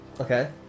Okay